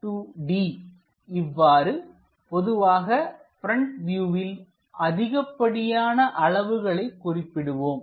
2d இவ்வாறு பொதுவாக front வியூவில் அதிகப்படியான அளவுகளை குறிப்பிடுவோம்